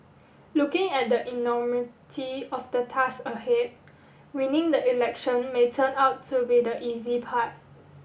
looking at the enormity of the tasks ahead winning the election may turn out to be the easy part